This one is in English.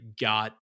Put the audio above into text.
got